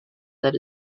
that